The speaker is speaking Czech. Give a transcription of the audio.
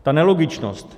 Ta nelogičnost.